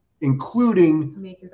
including